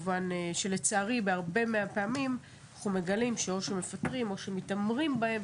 לצערי הרבה מהפעמים אנחנו מגלים שמפטרים אותם או מתעמרים בהם,